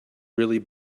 really